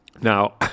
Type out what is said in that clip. Now